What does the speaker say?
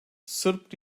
sırp